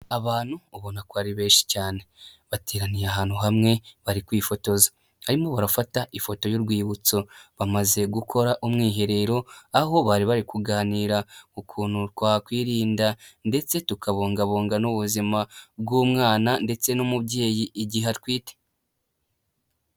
Abantu ubona kwa ari benshi cyane bateraniye ahantu hamwe bari kwifotoza barimo barafata ifoto y'urwibutso bamaze gukora umwiherero aho bari bari kuganira ku kuntu twakwirinda ndetse tukabungabunga n'ubu ubuzima bw'umwana ndetse n'umubyeyi igihe atwite.